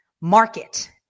market